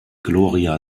gloria